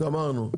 סיימת אמרתי.